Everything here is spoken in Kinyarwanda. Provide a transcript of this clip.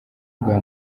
bwa